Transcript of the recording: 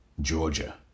Georgia